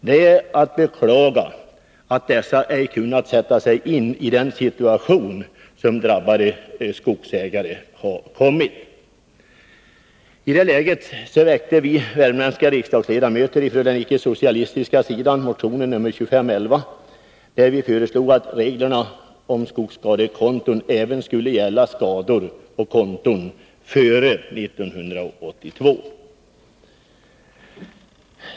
Det är att beklaga att dessa organ ej har kunnat sätta sig in i den situation som de drabbade skogsägarna har hamnat i. I detta läge väckte vi värmländska riksdagsledamöter från den ickesocialistiska sidan motion nr 2511, vari vi föreslog att reglerna om skogsskadekonton skulle gälla även skador och konton före 1982.